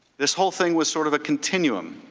this whole thing was sort of a continuum,